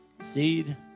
seed